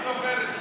אבל מי סופר אצלכם.